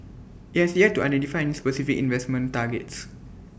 IT has yet to identify any specific investment targets